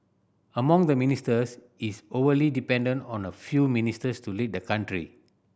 among the ministers is overly dependent on a few ministers to lead the country